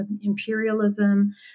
imperialism